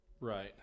right